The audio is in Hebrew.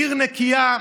עיר נקייה,